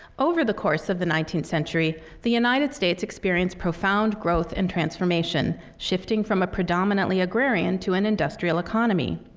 over the course of the nineteenth century, the united states experienced profound growth and transformation, shifting from a predominantly agrarian to an industrial economy.